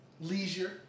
Leisure